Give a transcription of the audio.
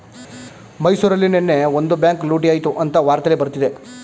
ಮೈಸೂರಲ್ಲಿ ನೆನ್ನೆ ಒಂದು ಬ್ಯಾಂಕ್ ಲೂಟಿ ಆಯ್ತು ಅಂತ ವಾರ್ತೆಲ್ಲಿ ಬರ್ತಿದೆ